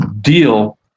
deal